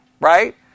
right